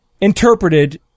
interpreted